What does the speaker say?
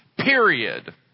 period